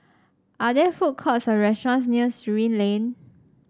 are there food courts or restaurants near Surin Lane